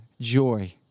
joy